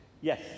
Yes